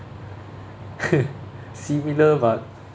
similar but